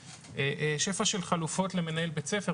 יש שפע של חלופות למנהל בית ספר,